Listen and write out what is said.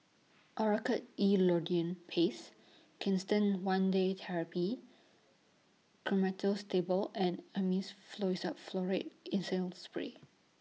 Oracort E Lidocaine Paste Canesten one Day Therapy Tablet and Avamys Furoate Intranasal Spray